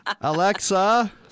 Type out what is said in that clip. Alexa